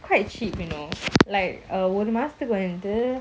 quite cheap you know like uh ஒருமாசத்துக்குவந்து:oru masathuku vandhu